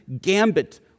gambit